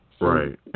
Right